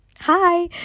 hi